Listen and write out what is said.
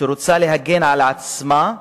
שרוצה להגן על עצמה,